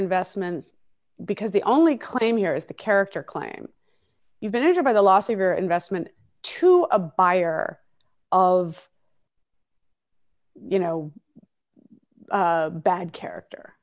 investments because the only claim here is the character climb you better by the loss of your investment to a buyer of you know bad character